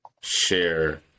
share